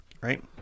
Right